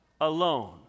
alone